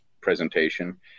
presentation